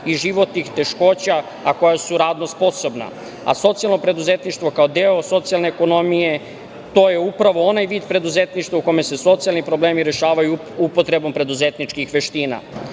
i životnih teškoća, a koja su radno sposobna. Socijalno preduzetništvo, kao deo socijalne ekonomije, to je upravo onaj vid preduzetništva u kome se socijalni problemi rešavaju upotrebom preduzetničkih veština. Zbog